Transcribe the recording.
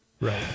Right